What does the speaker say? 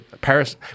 Paris